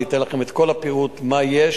אני אתן לכם את כל הפירוט מה יש,